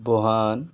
Wuhan